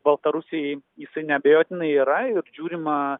baltarusijai jisai neabejotinai yra ir žiūrima